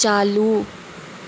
चालू